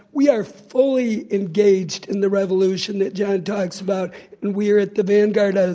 we are fully engaged in the revolution that john talks about and we are at the vanguard,